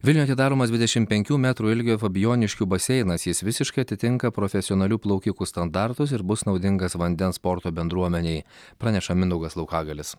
vilniuje atidaromas dvidešim penkių metrų ilgio fabijoniškių baseinas jis visiškai atitinka profesionalių plaukikų standartus ir bus naudingas vandens sporto bendruomenei praneša mindaugas laukagalis